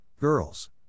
Girls